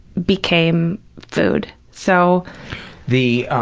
became food. so the,